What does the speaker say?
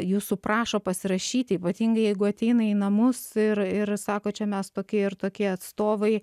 jūsų prašo pasirašyti ypatingai jeigu ateina į namus ir ir sako čia mes tokie ir tokie atstovai